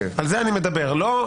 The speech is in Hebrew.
אני מדבר על זה,